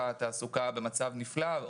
התעסוקה במצב נפלא.